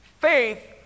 Faith